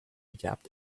gap